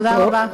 תודה רבה.